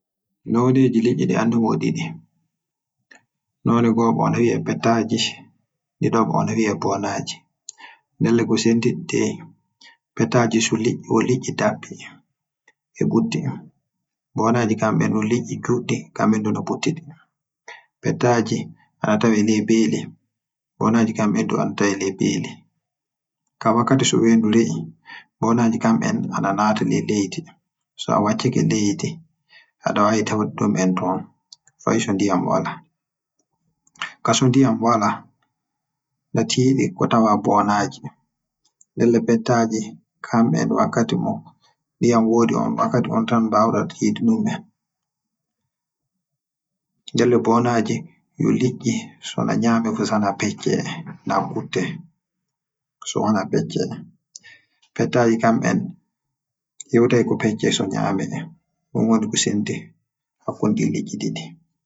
Nooneji leƴƴi ɗi andumi yo ɗiɗi. Noone go'oɓo o na wi'e pettaji, noone ɗiɗaɓo o na wi'e boonaji. Ndelle, ko senɗiɗi deyi, pettaji, wo liƴƴi daɓɓi e ɓutti. Boonaji kam en wo liƴƴi juɗɗi kam en du na ɓuttiɗi, Pettaji ana tawe ley beeli, bonnaji kam en du a na tawe leyi beeli. ka wakkati so weeɗu re'i, Bonnaji kam en naata ley leydi so a wacceke leydi a ɗa waawi tawude ɗum en ton fa'i so ndiyam wala, Ka so ndiyam woodi fu na tiɗɗi ko ndiyam boɗi. Ndelle pettaji kam en ka wakkati mo ndiyam woodi on wakkati on tan ɓa'u ɗa yiide dum en. Ndelle boonaji wo liƴƴi so na gnaame fu, So wana pecce na kutte, Ko wana pecce. Pettaji kam en hewtayi ko pecce so gnaame, Ɗum wonni so cendi hakkude ɗi liƴƴi ɗiɗi.